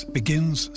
begins